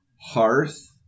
Hearth